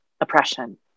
oppression